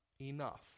enough